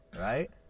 right